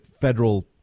federal